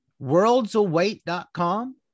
worldsawait.com